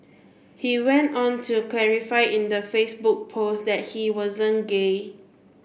he went on to clarify in the Facebook post that he wasn't gay